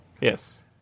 yes